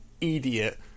idiot